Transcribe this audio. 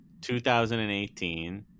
2018